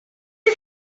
you